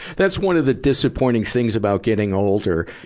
that's one of the disappointing things about getting older